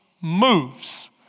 moves